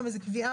ובסופו יבוא: